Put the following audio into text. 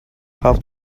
how